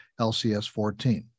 LCS-14